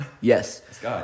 Yes